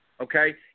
Okay